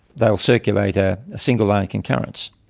they'll circulate a single-line concurrence.